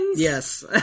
Yes